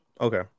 Okay